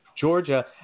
Georgia